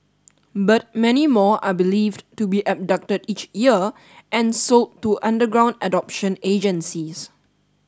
but many more are believed to be abducted each year and sold to underground adoption agencies